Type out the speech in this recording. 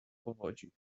powodzi